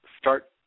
start